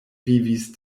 vivis